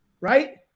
Right